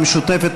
ג'מאל זחאלקה,